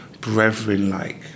Brethren-like